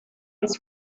his